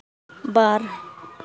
ᱵᱟᱨ